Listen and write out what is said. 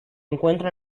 encuentra